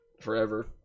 forever